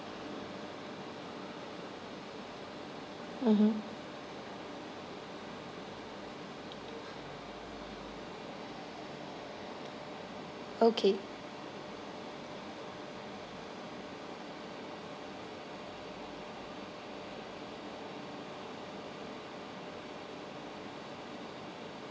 mmhmm okay